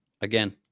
again